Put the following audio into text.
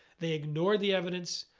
they ignored the evidence.